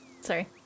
Sorry